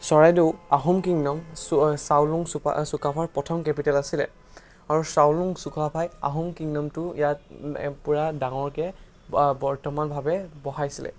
Charaideo Ahom kingdom চ চাউলুং চুকা চুকাফাৰ প্ৰথম কেপিটেল আছিলে আৰু চাউলুং চুকাফাই আহোম কিংডমটো ইয়াক পূৰা ডাঙৰকৈ বৰ্তমানভাৱে বঢ়াইছিলে